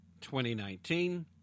2019